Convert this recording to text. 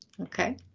Okay